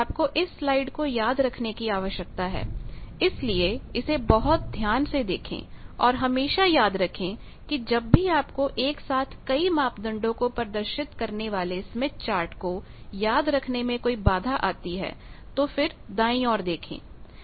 आपको इस स्लाइड को याद रखने की आवश्यकता है इसलिए इसे बहुत ध्यान से देखें और हमेशा याद रखें कि जब भी आपको एक साथ कई मापदंडों को प्रदर्शित करने वाले स्मिथ चार्ट को याद रखने में कोई बाधा आती है तो फिर दाईं ओर देखे